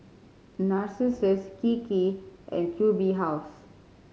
Narcissus Kiki and Q B House